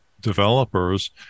developers